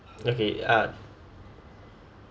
okay uh yup so